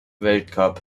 weltcup